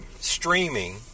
streaming